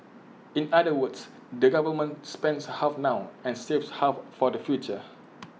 in other words the government spends half now and saves half for the future